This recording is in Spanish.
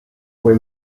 fue